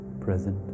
present